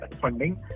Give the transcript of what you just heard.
funding